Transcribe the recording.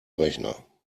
rechner